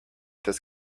this